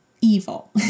evil